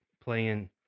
playing